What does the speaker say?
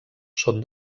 són